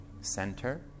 Center